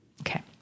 Okay